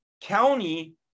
county